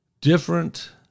different